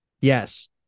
Yes